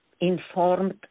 informed